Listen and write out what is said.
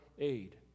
Aid